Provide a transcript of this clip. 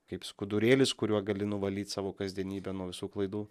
kaip skudurėlis kuriuo gali nuvalyt savo kasdienybę nuo visų klaidų